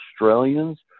Australians